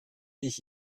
ich